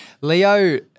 Leo